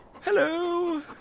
Hello